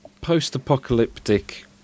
post-apocalyptic